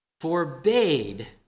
forbade